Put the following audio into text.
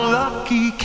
lucky